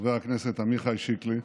חבר הכנסת עמיחי שקלי.